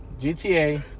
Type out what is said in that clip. GTA